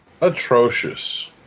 Atrocious